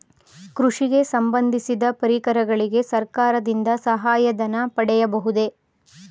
ಕೃಷಿಗೆ ಸಂಬಂದಿಸಿದ ಪರಿಕರಗಳಿಗೆ ಸರ್ಕಾರದಿಂದ ಸಹಾಯ ಧನ ಪಡೆಯಬಹುದೇ?